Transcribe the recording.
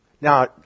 Now